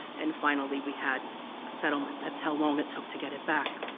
and finally we had a settlement, that's how long it took to get it back.